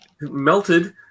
melted